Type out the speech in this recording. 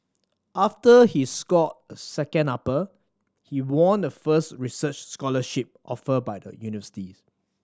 after he scored a second upper he won the first research scholarship offered by the universities